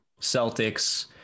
Celtics